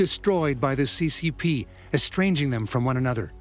destroyed by the c c p as strange in them from one another